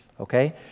okay